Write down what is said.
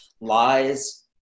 lies